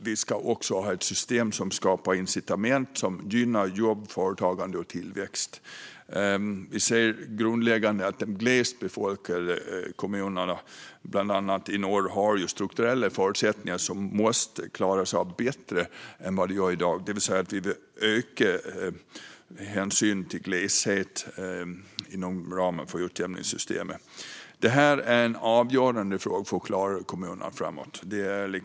Vi ska också ha ett system som skapar incitament för att gynna jobb, företagande och tillväxt. Vi ser det som grundläggande att de glest befolkade kommunerna, bland annat i norr, har strukturella förutsättningar som måste klaras av bättre än i dag. Vi behöver alltså öka hänsynen till gleshet inom ramen för utjämningssystemet. Detta är en avgörande fråga för att kommunerna ska klara det framåt.